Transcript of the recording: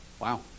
wow